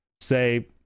say